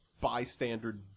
bystander